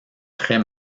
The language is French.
très